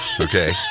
okay